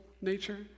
nature